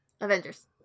Avengers